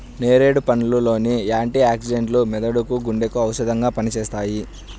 నేరేడు పండ్ల లోని యాంటీ ఆక్సిడెంట్లు మెదడుకు, గుండెకు ఔషధంగా పనిచేస్తాయి